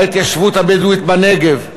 ההתיישבות הבדואית בנגב.